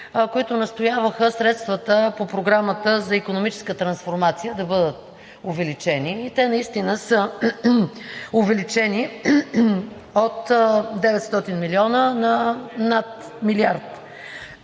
които настояваха средствата по Програмата за икономическа трансформация да бъдат увеличени. И те наистина са увеличени – от 900 милиона на над милиард.